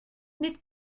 nid